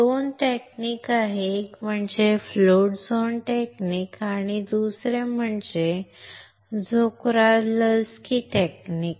दोन तंत्रे आहेत एक म्हणजे फ्लोट झोन टेक्निक आणि दुसरे आणि दुसरे म्हणजे झोक्राल्स्की टेक्निक